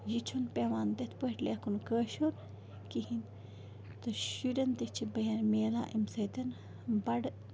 یہِ چھُنہٕ پٮ۪وان تِتھ پٲٹھۍ لیکھُن کٲشُر کِہیٖنۍ تہٕ شُرٮ۪ن تہِ چھِ میلان اَمہِ سۭتۍ بَڑٕ